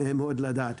מאוד לדעת.